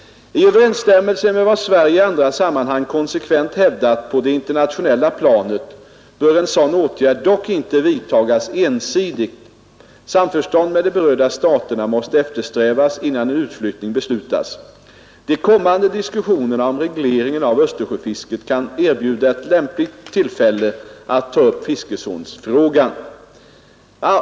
I överensstämmelse med vad Sverige i andra sammanhang konsekvent hävdat på det internationella planet bör en sådan åtgärd dock inte vidtagas ensidigt. Samförstånd med de berörda staterna måste eftersträvas, innan en utflyttning beslutas. De kommande diskussionerna om regleringen av Östersjöfisket kan erbjuda ett lämpligt tillfälle att ta upp fiskezonsfrågan.